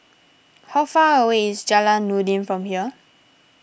how far away is Jalan Noordin from here